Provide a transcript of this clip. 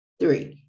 three